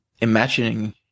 imagining